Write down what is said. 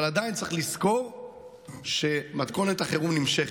אבל עדיין צריך לזכור שמתכונת החירום נמשכת.